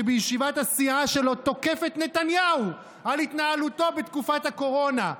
שבישיבת הסיעה שלו תוקף את נתניהו על התנהלותו בתקופת הקורונה.